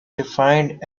defined